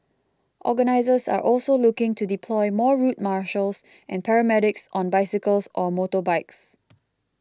organisers are also looking to deploy more route marshals and paramedics on bicycles or motorbikes